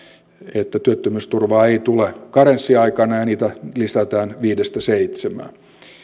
että työttömyysturvaa ei tule karenssiaikana ja niitä lisätään viidestä seitsemään